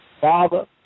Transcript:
Father